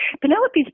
Penelope's